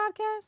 podcast